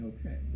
Okay